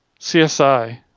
CSI